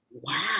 wow